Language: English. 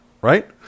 right